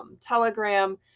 Telegram